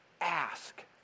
Ask